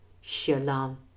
shalom